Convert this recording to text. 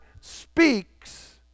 speaks